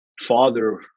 father